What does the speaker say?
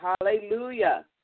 Hallelujah